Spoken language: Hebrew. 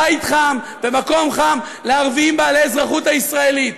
בית חם ומקום חם לערבים בעלי אזרחות ישראלית.